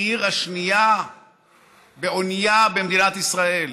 העיר השנייה בעונייה במדינת ישראל.